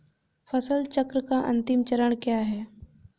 फसल चक्र का अंतिम चरण क्या है?